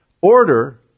order